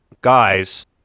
guys